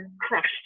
crushed